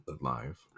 live